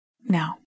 Now